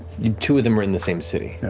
you know two of them were in the same city.